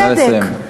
נא לסיים.